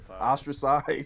Ostracized